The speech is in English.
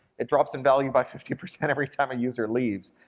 it drops in value by fifty percent every time a user leaves.